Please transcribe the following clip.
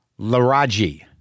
Laraji